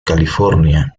california